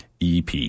EP